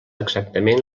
exactament